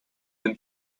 sind